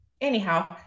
Anyhow